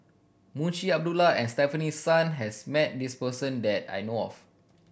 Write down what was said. Munshi Abdullah and Stefanie Sun has met this person that I know of